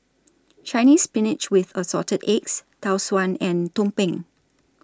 Chinese Spinach with Assorted Eggs Tau Suan and Tumpeng